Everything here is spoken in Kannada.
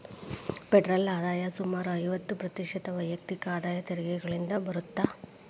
ಫೆಡರಲ್ ಆದಾಯ ಸುಮಾರು ಐವತ್ತ ಪ್ರತಿಶತ ವೈಯಕ್ತಿಕ ಆದಾಯ ತೆರಿಗೆಗಳಿಂದ ಬರತ್ತ